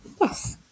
Yes